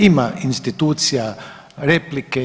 Ima institucija replike.